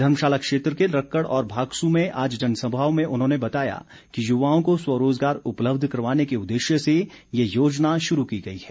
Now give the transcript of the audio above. धर्मशाला क्षेत्र के रक्कड़ और भागसू में आज जनसभाओं में उन्होंने बताया कि युवाओं को स्वरोज़गार उपलब्ध करवाने के उद्देश्य से यह योजना शुरू की गई है